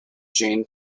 jain